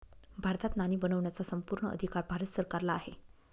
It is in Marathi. भारतात नाणी बनवण्याचा संपूर्ण अधिकार भारत सरकारला आहे